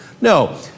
No